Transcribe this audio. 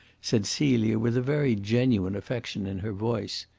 said celia, with a very genuine affection in her voice.